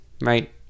right